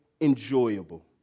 enjoyable